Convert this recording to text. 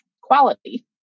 quality